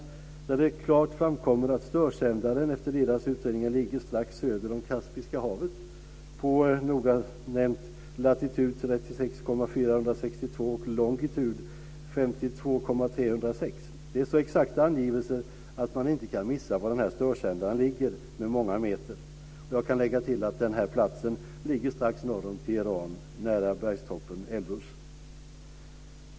Efter DERA:s utredningar framkommer det klart att störsändaren ligger strax söder om Kaspiska havet, noga nämnt på latitud 36,462 och longitud 52,306. Det är så exakta angivelser att man inte med många meter kan missa var den här störsändaren ligger. Jag kan lägga till att den här platsen ligger strax norr om Teheran, nära bergstoppen Elburz.